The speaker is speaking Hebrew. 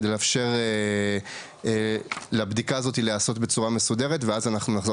כדי לאפשר לבדיקה הזאת להיעשות בצורה מסודרת ואז אנחנו נחזור.